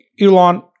elon